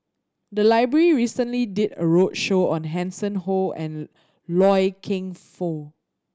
the library recently did a roadshow on Hanson Ho and Loy Keng Foo